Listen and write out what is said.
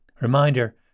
Reminder